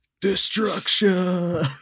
Destruction